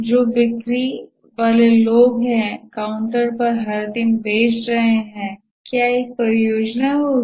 जो बिक्री वाले लोग हैं काउंटर पर हर दिन बेच रहे हैं क्या यह एक परियोजना होगी